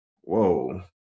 whoa